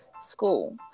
school